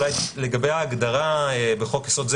אולי לגבי ההגדרה: "בחוק-יסוד זה,